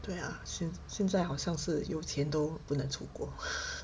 对啊现现在好像是有钱都不能出国